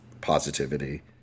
positivity